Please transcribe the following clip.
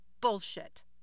bullshit